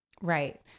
Right